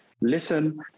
listen